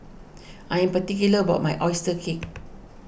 I am particular about my Oyster Cake